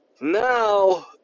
Now